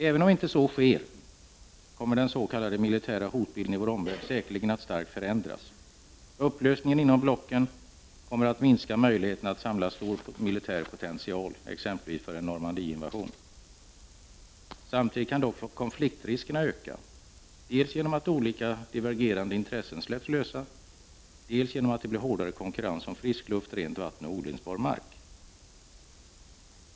Även om så inte sker kommer den s.k. militära hotbilden i vår omvärld säkerligen att starkt förändras. Upplösningen inom blocken kommer att minska möjligheterna att samla stor militär potential, exempelvis för en Normandieinvasion. Samtidigt kan dock konfliktriskerna öka dels genom att olika divergerande intressen släpps lösa, dels genom att det blir hårdare konkurrens om frisk luft, rent vatten och odlingsbar mark.